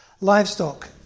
livestock